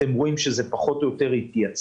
אתם רואים שזה פחות או יותר התייצב.